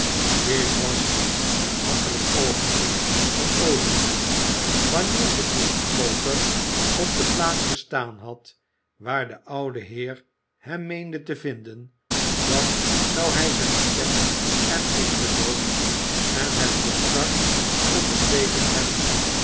dit was een hachelijk oogenblik voor olivier wanneer de inktkoker op de plaats gestaan had waar de oude heer hem meende te vinden dan zou hij zijn pen er in gedoopt en het contract onderteekend hebben